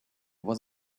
was